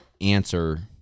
answer